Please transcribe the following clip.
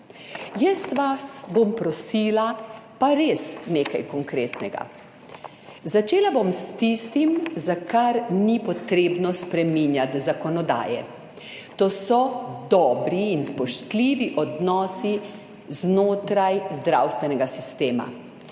Jaz vas bom prosila pa res nekaj konkretnega. Začela bom s tistim, za kar ni potrebno spreminjati zakonodaje, to so dobri in spoštljivi odnosi znotraj zdravstvenega sistema.